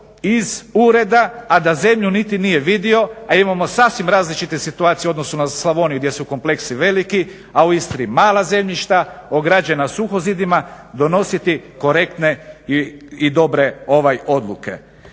iz ureda, a da zemlju nije niti vidio, a imamo sasvim različite situacije u odnosu na Slavoniju gdje su kompleksi veliki, a u Istri mala zemljišta ograđena suhozidima donositi korektne i dobre odluke.